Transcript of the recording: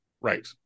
right